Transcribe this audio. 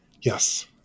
Yes